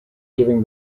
giving